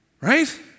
right